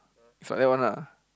it's like that one lah